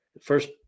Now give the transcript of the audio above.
first